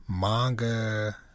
manga